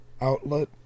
outlet